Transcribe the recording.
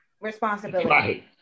responsibility